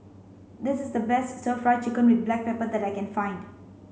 this is the best stir fry chicken with black pepper that I can find